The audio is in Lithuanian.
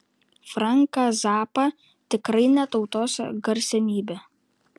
franką zappą tikrai ne tautos garsenybę